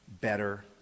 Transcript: better